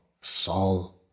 Saul